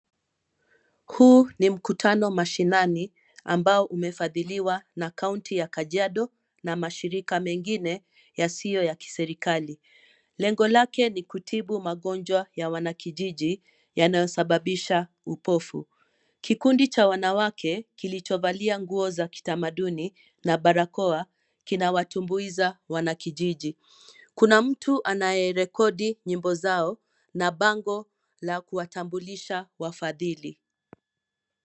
Huu ni mkutano mashinani ambao umefadhiliwa na kaunti ya Kajiado na mashirika mengine yasiyo ya kiserikali. Lengo lake ni kutibu magonjwa ya wanakijiji yanayosababisha upofu. Kikundi cha wanawake kilichovalia nguo za kitamaduni na barakoa, kinawatumbuiza wanakijiji. Kuna mtu anayerekodi nyimbo zao na bango la kuwatambulisha wafadhili.